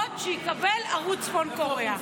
ההטבות שיקבל ערוץ צפון קוריאה,